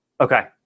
Okay